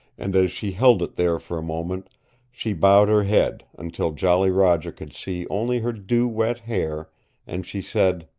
and as she held it there for a moment she bowed her head until jolly roger could see only her dew-wet hair and she said,